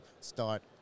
start